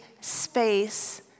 space